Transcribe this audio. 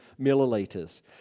milliliters